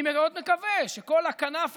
אני מאוד מקווה שכל הכנף,